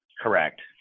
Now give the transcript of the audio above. Correct